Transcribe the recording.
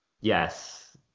Yes